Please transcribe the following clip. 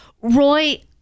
Roy